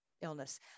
illness